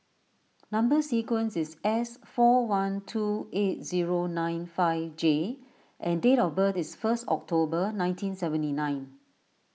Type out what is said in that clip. Number Sequence is S four one two eight zero nine five J and date of birth is first October nineteen seventy nine